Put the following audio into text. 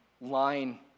line